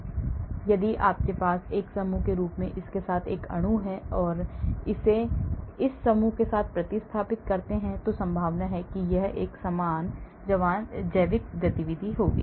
इसलिए यदि आपके पास एक समूह के रूप में इसके साथ एक अणु है अगर मैं इसे इस समूह के साथ प्रतिस्थापित करता हूं तो संभावना है कि यह एक समान जैविक गतिविधि होगी